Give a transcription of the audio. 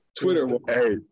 Twitter